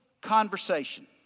conversation